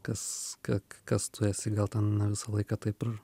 kas ką kas tu esi gal ten ne visą laiką taip ir